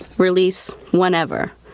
release whenever.